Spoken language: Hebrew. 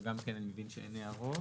גם כאן אני מבין שאין הערות.